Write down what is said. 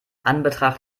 anbetracht